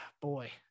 boy